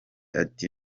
ati